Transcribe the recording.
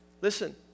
Listen